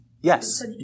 yes